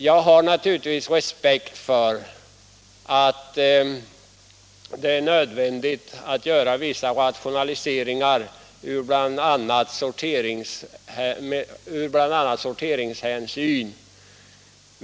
Jag har naturligtvis respekt för att det är nödvändigt att göra vissa rationaliseringar, framför allt av sorteringshänsyn.